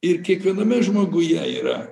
ir kiekviename žmoguje yra